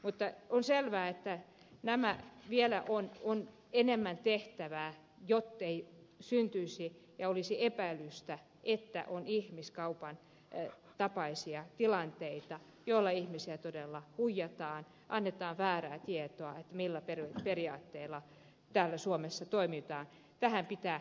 mutta on selvää että vielä on enemmän tehtävä jottei syntyisi ja olisi epäilystä että on ihmiskaupan tapaisia tilanteita jolloin ihmisiä todella huijataan annetaan väärää tietoa millä periaatteilla täällä suomessa toimitaan